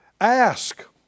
Ask